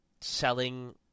selling